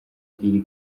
iri